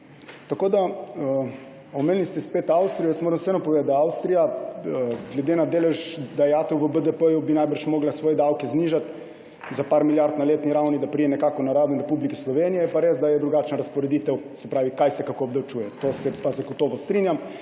Omenili ste spet Avstrijo. Jaz moram vseeno povedati, da bi Avstrija glede na delež dajatev v BDP najbrž morala svoje davke znižati za nekaj milijard na letni ravni, da pride nekako na raven Republike Slovenije. Je pa res, da je drugačna razporeditev, kaj se kako obdavčuje. To se pa zagotovo strinjam.